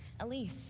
Elise